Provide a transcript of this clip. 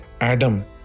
Adam